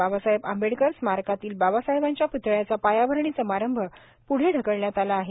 बाबासाहेब आंबेडकर स्मारकातील बाबासाहेबांच्या प्तळ्याचा पायाभरणी सभारंभ प्ढे ढकलण्यात आला आहे